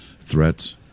threats